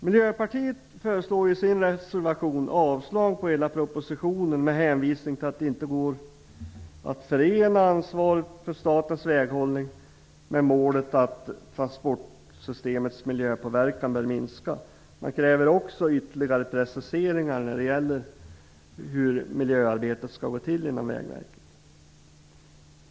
Miljöpartiet föreslår i sin reservation avslag på hela propositionen med hänvisning till att det inte går att förena ansvaret för statens väghållning med målet att transportsystemets miljöpåverkan bör minska. Man kräver också ytterligare preciseringar när det gäller hur miljöarbetet skall gå till inom Vägverket.